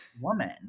woman